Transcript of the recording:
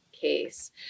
case